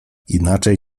inaczej